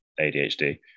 ADHD